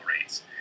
rates